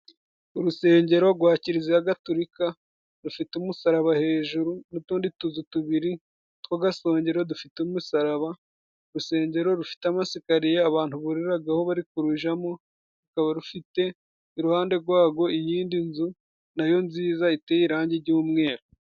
Urusengero rwa kiliziya gatolika gufite umusaraba hejuru n'utundi tuzu tubiri tw'agasongero dufite umusaraba. Urusengero rufite amasikariye abantu buriraga aho bari kurujamo rukaba rufite iruhande rwago iyindi nzu nayo nziza iteye irangi ry'umweru.